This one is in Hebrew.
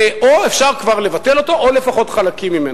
או אפשר כבר לבטל אותו או לפחות חלקים ממנו.